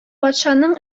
патшаның